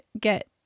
get